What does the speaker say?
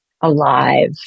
alive